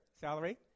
salary